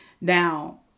Now